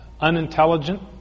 unintelligent